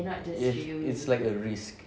it it's like a risk